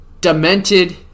demented